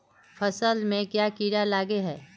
फसल में क्याँ कीड़ा लागे है?